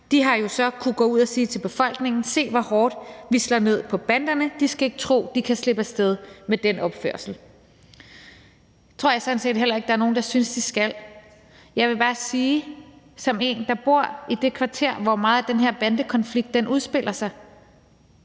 så har kunnet gå ud og sige til befolkningen: Se, hvor hårdt vi slår ned på banderne; de skal ikke tro, de kan slippe af sted med den opførsel. Det tror jeg sådan set heller ikke der er nogen der synes de skal. Jeg vil bare sige som en, der bor i det kvarter, hvor meget af den her bandekonflikt udspiller sig,